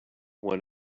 one